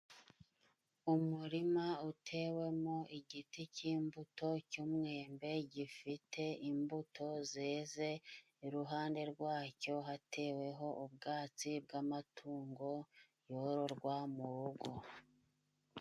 Umurima utewemo igiti cy'imbuto cy'umwembe gifite imbuto zeze, iruhande rwacyo hateweho ubwatsi bw'amatungo yororwa mu rugo.